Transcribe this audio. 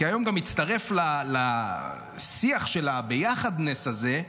כי היום הצטרף לשיח של ה"ביחדנס" הזה,